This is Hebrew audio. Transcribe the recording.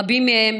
רבים מהם